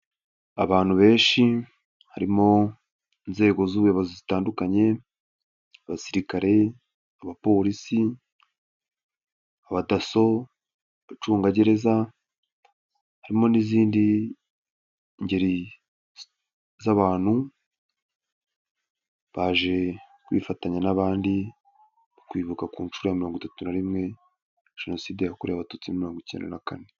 Abantu benshi harimo nzego z'ubuyobozi zitandukanye, abasirikare, abapolisi, abacungagereza, harimo n'izindi ngeri z'abantu baje kwifatanya n'abandi kwibuka ku nshuro mirongo itatu na rimwe Jenoside yakorewe Abatutsi miri mirongo icyenda na kane.